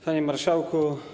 Panie Marszałku!